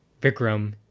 Vikram